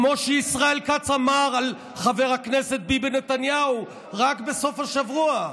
כמו שישראל כץ אמר על חבר הכנסת ביבי נתניהו רק בסוף השבוע.